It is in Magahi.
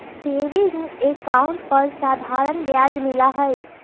सेविंग अकाउंट पर साधारण ब्याज मिला हई